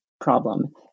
problem